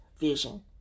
vision